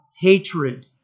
Hatred